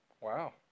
Wow